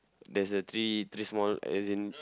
there's a three three small as in